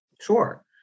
Sure